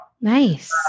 Nice